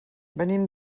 venim